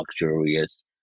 luxurious